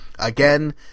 Again